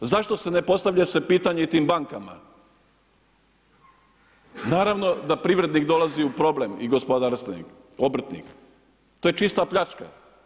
Zašto se ne postavi pitanje i tim bankama naravno da privrednik dolazi u problem i gospodarstvenik, obrtnik, to je čista pljačka.